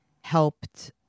helped